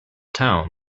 town